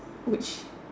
which